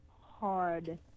hard